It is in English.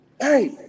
Hey